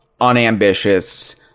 unambitious